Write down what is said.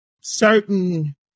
certain